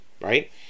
right